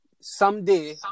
someday